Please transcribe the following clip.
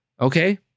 okay